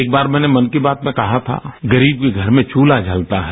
एक बार मैंने मन की बात में कहा था गरीब के घर में वृत्हा जलता है